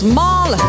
Small